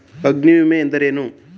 ಅಗ್ನಿವಿಮೆ ಎಂದರೇನು?